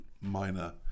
minor